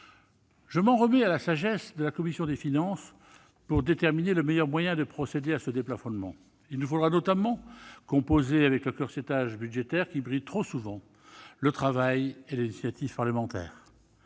Je m'en remets à la sagesse de la commission des finances pour déterminer le meilleur moyen de procéder à ce déplafonnement. Il nous faudra notamment composer avec le « corsetage » budgétaire qui bride trop souvent le travail et les initiatives parlementaires.